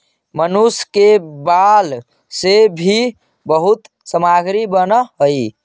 मनुष्य के बाल से भी बहुत सामग्री बनऽ हई